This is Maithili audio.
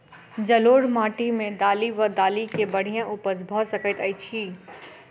जलोढ़ माटि मे दालि वा दालि केँ बढ़िया उपज भऽ सकैत अछि की?